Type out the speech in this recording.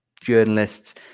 journalists